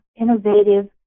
innovative